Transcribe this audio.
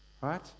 right